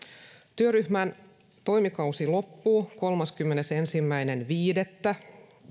työryhmän toimikausi loppuu kolmaskymmenesensimmäinen viidettä